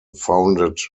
founded